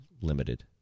limited